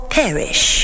perish